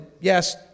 yes